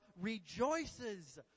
rejoices